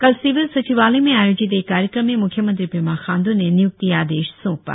कल सिविल सचिवालय में आयोजित एक कार्यक्रम में मुख्यमंत्री पेमा खाण्ड् ने निय्क्ति आदेश सौंपा